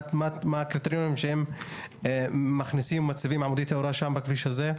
הקריטריונים להצבת עמודי תאורה בכביש הזה.